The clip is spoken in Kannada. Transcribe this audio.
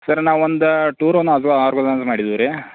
ಸರ್ ನಾವೊಂದು ಟೂರನ್ನ ಆರ್ಗೋನೈಸ್ ಮಾಡಿದ್ದೀವಿ ರೀ